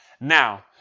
Now